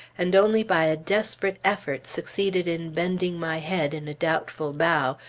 and only by a desperate effort succeeded in bending my head in a doubtful bow,